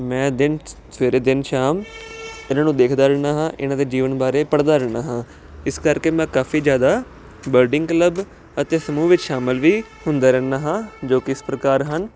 ਮੈਂ ਦਿਨ ਸਵੇਰੇ ਦਿਨ ਸ਼ਾਮ ਇਹਨਾਂ ਨੂੰ ਦੇਖਦਾ ਰਹਿੰਦਾ ਹਾਂ ਇਹਨਾਂ ਦੇ ਜੀਵਨ ਬਾਰੇ ਪੜਦਾ ਰਹਿਣਾ ਹਾਂ ਇਸ ਕਰਕੇ ਮੈਂ ਕਾਫੀ ਜਿਆਦਾ ਬਰਡਿੰਗ ਕਲੱਬ ਅਤੇ ਸਮੂਹ ਵਿੱਚ ਸ਼ਾਮਿਲ ਵੀ ਹੁੰਦਾ ਰਹਿੰਦਾ ਹਾਂ ਜੋ ਕਿ ਇਸ ਪ੍ਰਕਾਰ ਹਨ